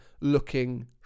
looking